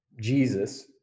Jesus